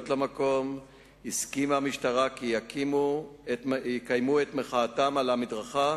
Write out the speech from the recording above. למקום הסכימה המשטרה כי יקיימו את מחאתם על המדרכה